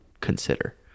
consider